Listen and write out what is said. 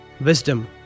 wisdom